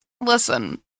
Listen